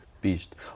beast